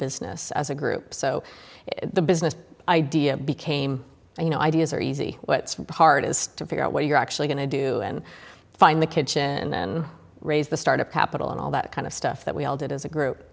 business as a group so the business idea became you know ideas are easy what's hard is to figure out what you're actually going to do and find the kitchen and raise the startup capital and all that kind of stuff that we all did as a group